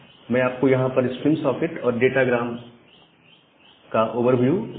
मैं आपको यहां पर स्ट्रीम सॉकेट और डाटा ग्राम 100 फीट का ओवरव्यू दूंगा